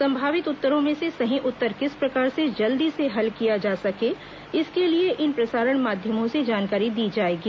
संभावित उत्तरों में से सही उत्तर किस प्रकार से जल्दी से हल किया जा सके इसके लिए इन प्रसारण माध्यमों से जानकारी दी जाएगी